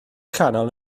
canol